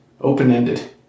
open-ended